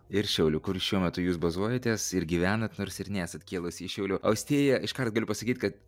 ir šiaulių kur jūs šiuo metu jūs bazuojatės ir gyvenat nors ir nesat kilusi iš šiaulių austėja iškart galiu pasakyt kad